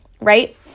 Right